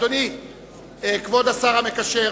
כבוד השר המקשר,